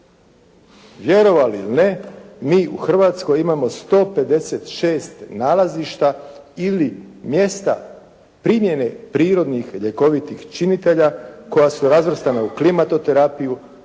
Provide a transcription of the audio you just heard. Vjerovali ili ne mi u Hrvatskoj imamo 156 nalazišta ili mjesta primjene prirodnih ljekovitih činitelja koji su razvrstana u klimatoterapiju,